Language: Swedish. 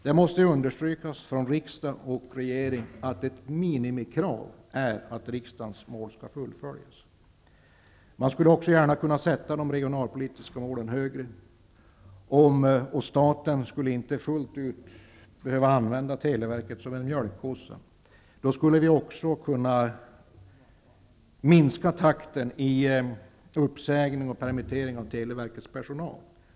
Det måste understrykas från riksdag och regering att ett minimikrav är att riksdagens mål skall fullföljas. Man skulle gärna kunna sätta de regionalpolitiska målen högre, och staten skulle inte fullt ut behöva använda televerket som en mjölkkossa. Då skulle vi också kunna minska takten i uppsägning och permittering av televerkets personal.